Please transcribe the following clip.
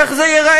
איך זה ייראה?